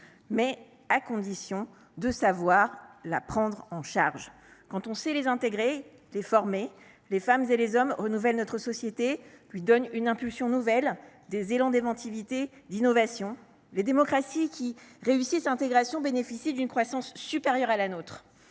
Mais à condition de savoir la prendre en charge. Quand on sait les intégrer, les former, les femmes et les hommes renouvellent notre société, lui donnent une impulsion nouvelle, des élans d’inventivité, d’innovation. « Les démocraties qui réussissent l’intégration bénéficient d’une croissance supérieure à la nôtre.